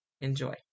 Enjoy